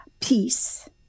peace